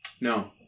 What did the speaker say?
No